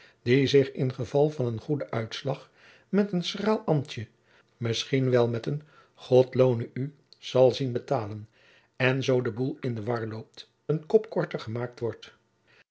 die zich in geval van een goeden uitslag met een schraal ambtje misschien wel met een god loone u zal zien betalen en zoo de boel in de war loopt een kop korter gemaakt wordt